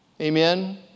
Amen